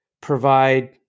provide